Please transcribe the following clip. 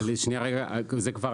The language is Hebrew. שנייה, רגע, על זה כבר